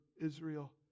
Israel